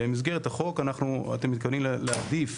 במסגרת החוק אתם מתכוונים להעדיף